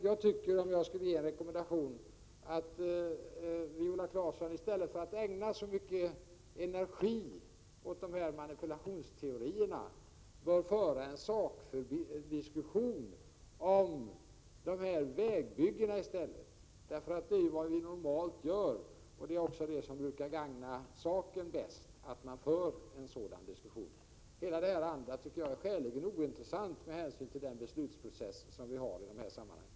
Jag vill rekommendera Viola Claesson att hon, i stället för att ägna så mycket energi åt sina manipulationsteorier, bör föra en saklig diskussion om dessa vägbyggen. Det gör vi ju normalt, och att föra en saklig diskussion gagnar också saken bäst. Allt annat tycker jag är skäligen ointressant med hänsyn till den beslutsprocess som vi har i sådana här sammanhang.